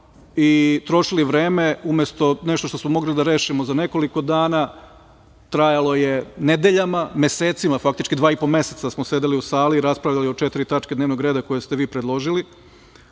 i trošili vreme, umesto nešto što smo mogli da rešimo za nekoliko dana, trajalo je nedeljama, mesecima faktički, dva i po meseca smo sedeli u sali i raspravljali o četiri tačke dnevnog reda koje ste vi predložili,